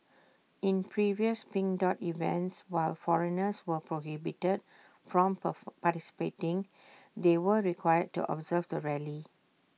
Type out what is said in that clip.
in previous pink dot events while foreigners were prohibited from participating they were required to observe the rally